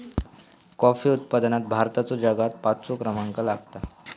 coffee उत्पादनात भारताचो जगात पाचवो क्रमांक लागता